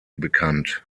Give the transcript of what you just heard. bekannt